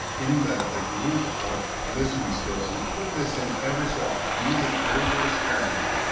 in the, the group of listening skills you put this in every so often and use it very, very sparingly.